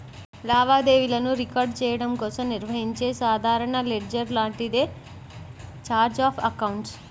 లావాదేవీలను రికార్డ్ చెయ్యడం కోసం నిర్వహించే సాధారణ లెడ్జర్ లాంటిదే ఛార్ట్ ఆఫ్ అకౌంట్స్